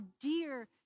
dear